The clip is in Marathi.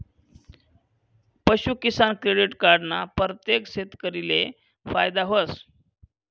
पशूकिसान क्रेडिट कार्ड ना परतेक शेतकरीले फायदा व्हस